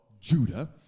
Judah